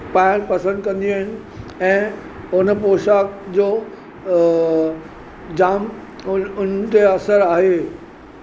पाइणु पसंदि कंदियूं आहिनि ऐं उन पौशाक अ जो जामु उनते असरु आहे